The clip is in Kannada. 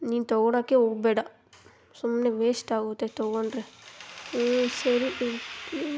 ನೀನು ತಗೊಳಕೆ ಹೋಗ್ಬೇಡ ಸುಮ್ಮನೆ ವೇಶ್ಟ್ ಆಗುತ್ತೆ ತಗೊಂಡರೆ ಹ್ಞೂ ಸರಿ